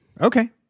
Okay